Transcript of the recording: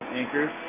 anchors